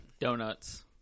Donuts